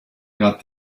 got